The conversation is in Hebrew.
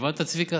הבנת, צביקה?